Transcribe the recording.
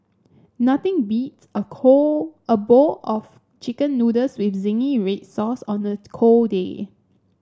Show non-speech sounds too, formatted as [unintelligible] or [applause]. nothing beats a [unintelligible] a bowl of chicken noodles with zingy red sauce on a cold day